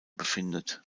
befindet